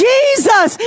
Jesus